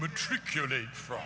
matriculate from